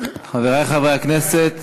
חברי חברי הכנסת,